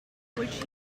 which